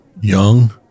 Young